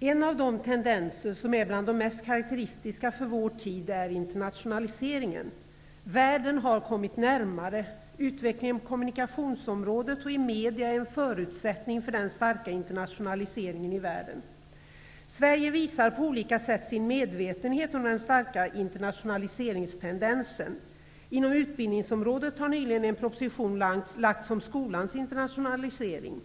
En av de tendenser som är mest karakteristiska för vår tid är internationaliseringen. Världen har kommit närmare. Utvecklingen på kommunikationsområdet och i media är en förutsättning för den starka internationaliseringen i världen. Sverige visar på olika sätt sin medvetenhet om den starka internationaliseringstendensen. Inom utbildningsområdet har nyligen framlagts en proposition om skolans internationalisering.